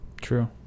true